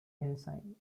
ensign